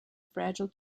fragile